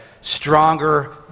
stronger